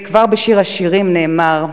כבר בשיר השירים נאמר: